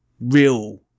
real